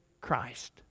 Christ